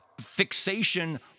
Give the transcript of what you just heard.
fixation